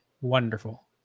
wonderful